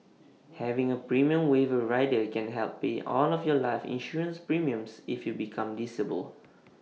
having A premium waiver rider can help pay all of your life insurance premiums if you become disabled